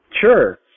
sure